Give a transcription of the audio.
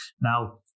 Now